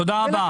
תודה רבה.